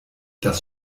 das